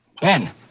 Ben